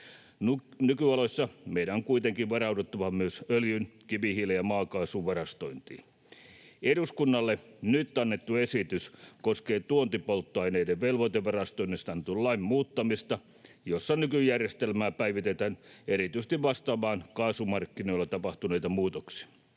Nykyoloissa meidän on kuitenkin varauduttava myös öljyn, kivihiilen ja maakaasun varastointiin. Eduskunnalle nyt annettu esitys koskee tuontipolttoaineiden velvoitevarastoinnista annetun lain muuttamista, jossa nykyjärjestelmää päivitetään erityisesti vastaamaan kaasumarkkinoilla tapahtuneita muutoksia.